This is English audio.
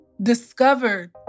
Discovered